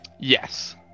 Yes